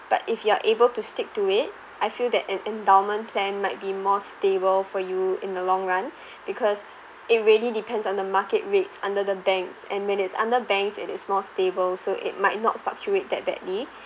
but if you are able to stick to it I feel that an endowment plan might be more stable for you in the long run because it really depends on the market rates under the banks and when it's under banks it is more stable so it might not fluctuate that badly